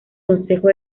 consejo